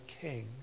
king